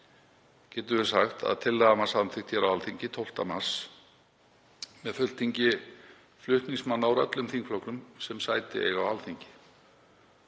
getum við sagt, að tillagan var samþykkt á Alþingi þann 12. mars, með fulltingi flutningsmanna úr öllum þingflokkum sem sæti eiga á Alþingi.